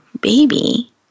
baby